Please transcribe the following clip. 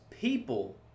people